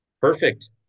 Perfect